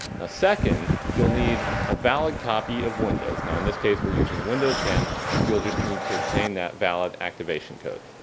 now second you'll need a valid copy of windows. now in this case we're using and windows ten. so you'll just need to obtain that valid activation code.